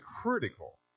critical